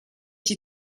die